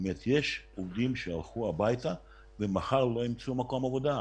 יש עובדים שילכו הביתה ומחר לא ימצאו מקום עבודה.